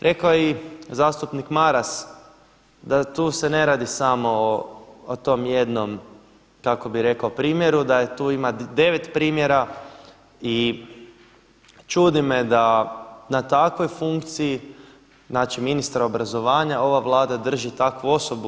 Rekao je i zastupnik Maras da tu se ne radi samo o tom jednom kako bih rekao primjeru, da tu ima 9 primjera i čudi me da na takvoj funkciji, znači ministar obrazovanja ova Vlada drži takvu osobu.